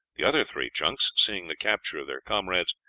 the other three junks, seeing the capture of their comrades,